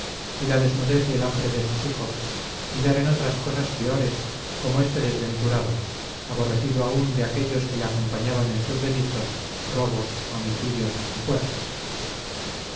y la desnudez y el hambre de sus hijos y dar en otras cosas peores como este desventurado aborrecido aun de aquellos que le acompañaban en sus delitos robos homicidios y fuerzas